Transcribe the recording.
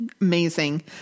Amazing